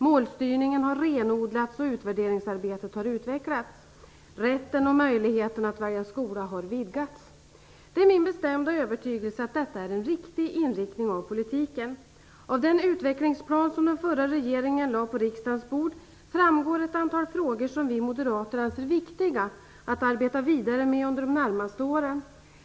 Målstyrningen har renodlats, och utvärderingsarbetet har utvecklats. Rätten och möjligheterna att välja skola har vidgats. Det är min bestämda övertygelse att detta är en riktig inriktning av politiken. Av den utvecklingsplan som den förra regeringen lade på riksdagens bord framgår ett antal frågor som vi moderater anser viktiga att arbeta med under de närmaste åren.